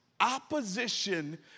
Opposition